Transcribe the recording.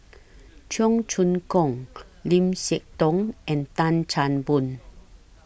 Cheong Choong Kong Lim Siah Tong and Tan Chan Boon